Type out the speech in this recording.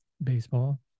baseball